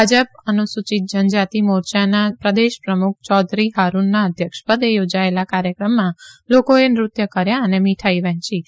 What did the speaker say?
ભાજપ અનુસુચિત જનજાતિ મોરયાના પ્રદેશ પ્રમુખ ચૌધરી હારૂનના અધ્યક્ષપદે યોજાયેલા કાર્યક્રમમાં લોકોએ નૃત્ય કર્યા અને મીઠાઈ વહેંચી હતી